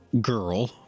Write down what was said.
girl